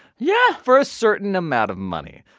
yeah. for a certain amount of money.